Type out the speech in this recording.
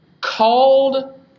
called